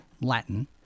Latin